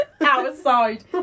Outside